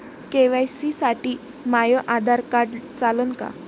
KYC साठी माह्य Aadhaar card चालन का?